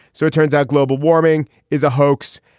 so it turns out global warming is a hoax,